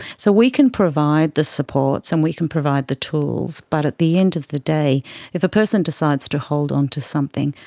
so we can provide the supports and we can provide the tools, but at the end of the day if a person decides to hold onto something,